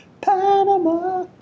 Panama